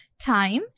time